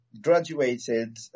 graduated